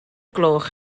gloch